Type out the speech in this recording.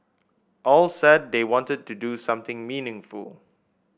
all said they wanted to do something meaningful